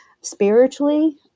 spiritually